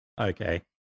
okay